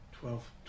Twelve